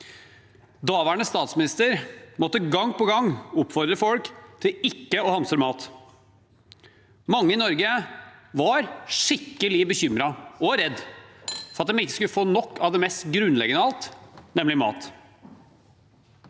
rende statsminister måtte gang på gang oppfordre folk til å ikke hamstre mat. Mange i Norge var skikkelig bekymret og redde for at de ikke skulle få nok av det mest grunnleggende av alt, nemlig mat.